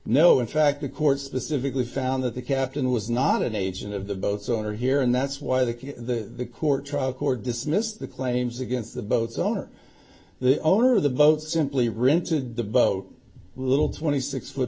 know in fact the court specifically found that the captain was not an agent of the boats owner here and that's why the case the court trial court dismissed the claims against the boat's owner the owner of the boat simply rented the boat little twenty six foot